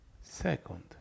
Second